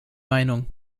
meinung